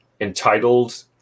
entitled